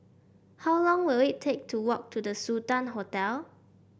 how long will it take to walk to The Sultan Hotel